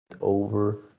over